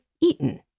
eaten